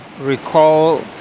recall